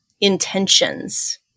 intentions